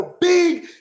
big